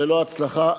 ללא הצלחה,